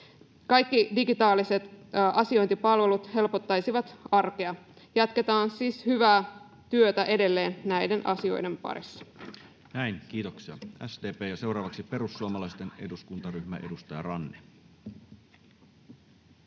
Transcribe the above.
Kaikki digitaaliset asiointipalvelut helpottaisivat arkea. Jatketaan siis hyvää työtä edelleen näiden asioiden parissa. Näin. Kiitoksia, SDP. — Ja seuraavaksi perussuomalaisten eduskuntaryhmä, edustaja Ranne.